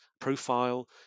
profile